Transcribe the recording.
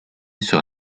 sur